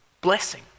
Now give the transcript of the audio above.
blessing